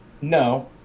No